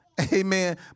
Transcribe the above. amen